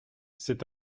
c’est